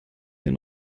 hier